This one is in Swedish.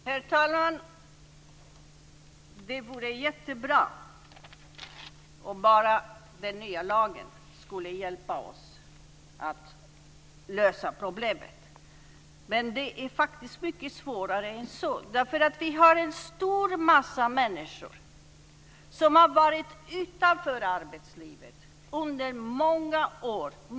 Herr talman! Det vore jättebra om bara den nya lagen skulle hjälpa oss att lösa problemet. Men det är faktiskt mycket svårare än så. Vi har en stor massa människor som har varit utanför arbetslivet under många år.